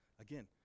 Again